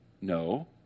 No